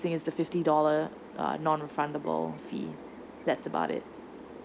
is the fifty dollars non refundable fee that's about it